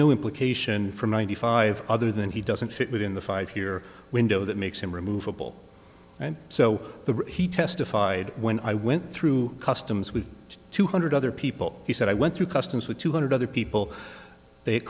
no implication from ninety five other than he doesn't fit within the five year window that makes him removable so the he testified when i through customs with two hundred other people he said i went through customs with two hundred other people they